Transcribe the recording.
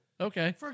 Okay